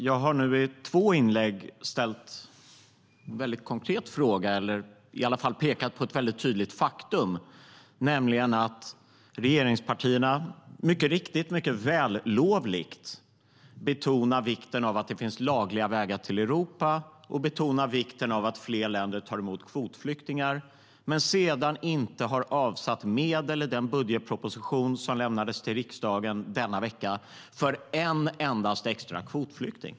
Jag har nu i två inlägg ställt en väldigt konkret fråga eller i alla fall pekat på ett väldigt tydligt faktum, nämligen att regeringspartierna mycket riktigt och mycket vällovligt betonar vikten av att det finns lagliga vägar till Europa och betonar vikten av att fler länder tar emot kvotflyktingar men sedan inte har avsatt medel i den budgetproposition som lämnades till riksdagen denna vecka för en endaste extra kvotflykting.